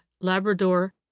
Labrador